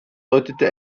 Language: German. deutete